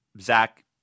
Zach